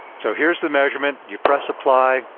so here's the measurement. you press apply.